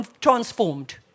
transformed